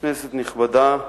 כנסת נכבדה,